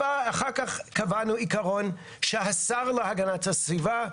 אחר כך קבענו עיקרון שהשר להגנת הסביבה,